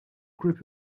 group